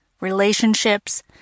relationships